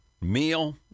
meal